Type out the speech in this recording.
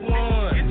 one